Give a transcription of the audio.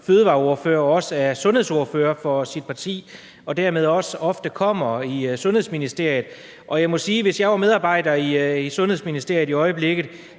tillykke med det – også er sundhedsordfører for sit parti og dermed også ofte kommer i Sundhedsministeriet. Jeg vil sige, at hvis jeg i øjeblikket var medarbejder i Sundhedsministeriet, så ville